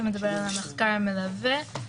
שמדבר על מחקר מלווה,